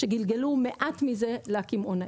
שגלגלו מעט מזה לקמעונאים.